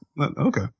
Okay